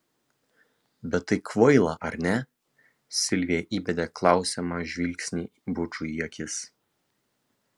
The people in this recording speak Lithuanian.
bet tai kvaila ar ne silvija įbedė klausiamą žvilgsnį bučui į akis